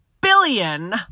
billion